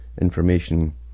information